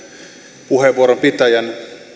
ryhmäpuheenvuoron pitäjän